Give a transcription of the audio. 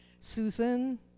Susan